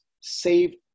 save